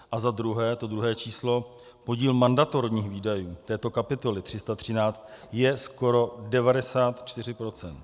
A za druhé, to druhé číslo, podíl mandatorních výdajů této kapitoly 313, je skoro 94 %.